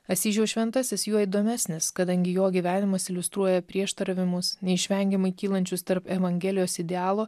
asyžiaus šventasis juo įdomesnis kadangi jo gyvenimas iliustruoja prieštaravimus neišvengiamai kylančius tarp evangelijos idealo